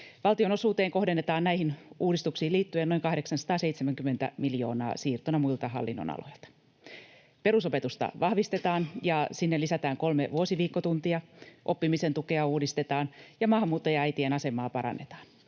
Valtionosuuteen kohdennetaan näihin uudistuksiin liittyen noin 870 miljoonaa siirtona muilta hallinnonaloilta. Perusopetusta vahvistetaan ja sinne lisätään kolme vuosiviikkotuntia, oppimisen tukea uudistetaan ja maahanmuuttajaäitien asemaa parannetaan.